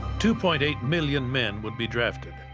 two point eight million men would be drafted,